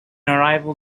arrival